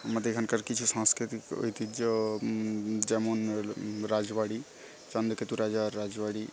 আমাদের এখানকার কিছু সাংস্কৃতিক ঐতিহ্য যেমন হলো রাজবাড়ি চন্দ্রকেতু রাজার রাজবাড়ি